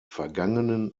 vergangenen